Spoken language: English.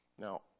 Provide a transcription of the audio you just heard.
Now